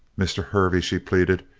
mr. hervey, she pleaded,